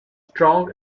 strong